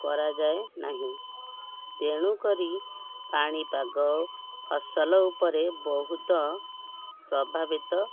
କରାଯାଏ ନାହିଁ ତେଣୁକରି ପାଣିପାଗ ଫସଲ ଉପରେ ବହୁତ ପ୍ରଭାବିତ